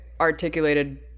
articulated